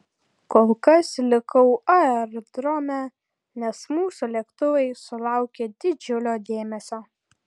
kol kas likau aerodrome nes mūsų lėktuvai sulaukė didžiulio dėmesio